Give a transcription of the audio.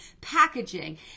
packaging